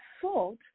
salt